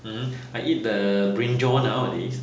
mmhmm I eat the brinjal nowadays